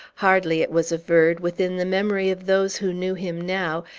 hardly, it was averred, within the memory of those who knew him now,